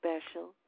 special